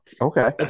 Okay